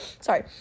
Sorry